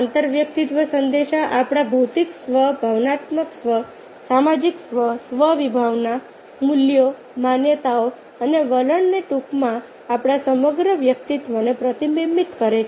આંતરવ્યક્તિત્વ સંદેશા આપણા ભૌતિક સ્વ ભાવનાત્મક સ્વ સામાજિક સ્વ સ્વ વિભાવના મૂલ્યો માન્યતાઓ અને વલણને ટૂંકમાં આપણા સમગ્ર વ્યક્તિત્વને પ્રતિબિંબિત કરે છે